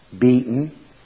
beaten